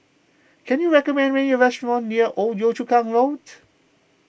can you recommend me a restaurant near Old Yio Chu Kang Road